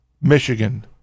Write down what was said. Michigan